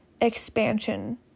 expansion